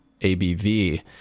ABV